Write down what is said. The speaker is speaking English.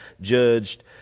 judged